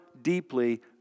deeply